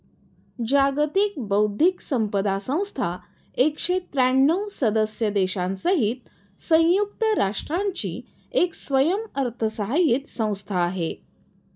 जागतिक बौद्धिक संपदा संस्था एकशे त्र्यांणव सदस्य देशांसहित संयुक्त राष्ट्रांची एक स्वयंअर्थसहाय्यित संस्था आहे